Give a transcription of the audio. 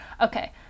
Okay